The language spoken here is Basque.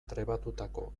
trebatutako